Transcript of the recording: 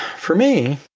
for me,